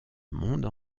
monde